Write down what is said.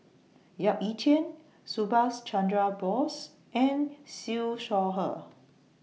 Yap Ee Chian Subhas Chandra Bose and Siew Shaw Her